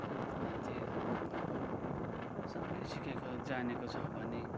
मरत मान्छे घरको सबले सिकेको जानेको छ भने